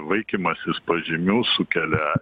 vaikymasis pažymių sukelia